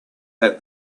that